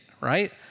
right